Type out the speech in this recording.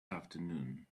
afternoon